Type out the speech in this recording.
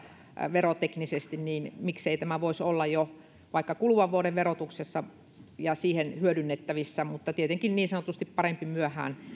veroteknisesti niin miksei tämä voisi olla vaikka jo kuluvan vuoden verotuksessa hyödynnettävissä mutta tietenkin niin sanotusti parempi myöhään